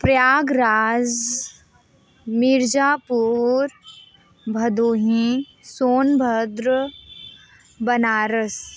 Prayagraj Mirzapur Bhadohi Sonbhadra Banaras